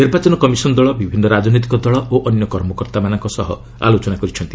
ନିର୍ବାଚନ କମିଶନ ଦଳ ବିଭିନ୍ନ ରାଜନୈତିକ ଦଳ ଓ ଅନ୍ୟ କର୍ମକର୍ତ୍ତାମାନଙ୍କ ସହ ଆଲୋଚନା କରିଛନ୍ତି